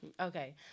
okay